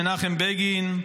מנחם בגין,